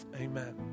Amen